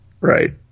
Right